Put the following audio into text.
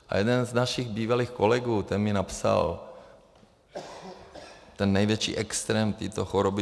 A jeden z našich bývalých kolegů mi napsal ten největší extrém této choroby.